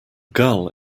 gull